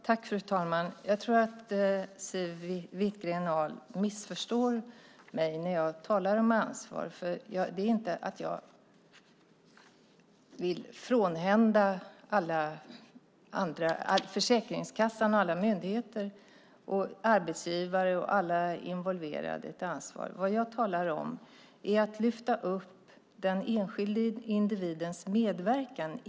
Fru talman! Jag tror att Siw Wittgren-Ahl missförstår mig när jag talar om ansvar. Jag vill inte frånhända Försäkringskassan, alla myndigheter, arbetsgivare och alla involverade ett ansvar. Vad jag talar om är att man ska lyfta fram den enskilda individens medverkan.